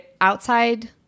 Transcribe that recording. Outside